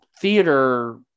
theater